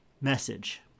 message